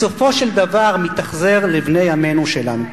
בסופו של דבר מתאכזר לבני עמנו שלנו.